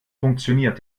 funktioniert